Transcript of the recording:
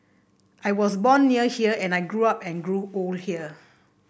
I was born near here and I grew up and grew old here